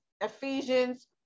Ephesians